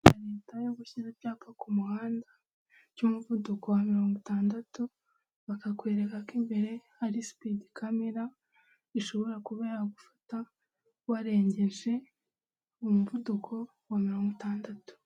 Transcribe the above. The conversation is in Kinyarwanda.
Leta yo gushyira ibyapa ku muhanda, cy'umuvuduko wa mirongo itandatu, bakakwereka ko imbere ari sipidi kamera, ishobora kuba yagufata, warengeje umuvuduko wa mirongo itandatu.